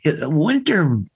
Winter